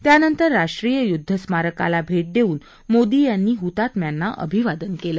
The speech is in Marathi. त्यानंतर राष्ट्रीय य्द्धस्मारकाला भेट देऊन मोदी यांनी हतात्म्यांना अभिवादन केलं